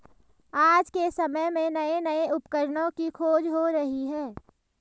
आज के समय में नये नये उपकरणों की खोज हो रही है